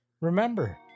Remember